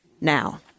now